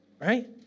right